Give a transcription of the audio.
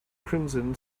crimson